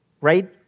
right